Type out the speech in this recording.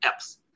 apps